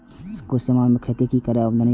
कम समय में किसान कुन खैती करै की आमदनी बढ़े?